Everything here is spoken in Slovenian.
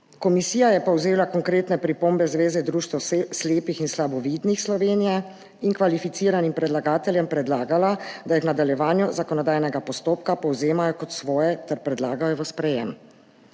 Komisija je povzela konkretne pripombe Zveze društev slepih in slabovidnih Slovenije in kvalificiranim predlagateljem predlagala, da jih v nadaljevanju zakonodajnega postopka povzemajo kot svoje ter predlagajo v sprejetje.